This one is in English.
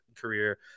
career